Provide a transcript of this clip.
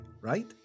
right